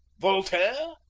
voltaire?